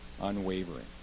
unwavering